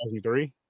2003